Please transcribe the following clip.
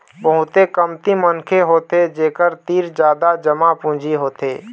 बहुते कमती मनखे होथे जेखर तीर जादा जमा पूंजी होथे